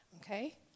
okay